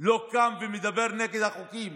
לא קם ומדבר נגד החוקים